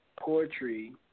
poetry